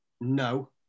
no